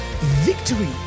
victory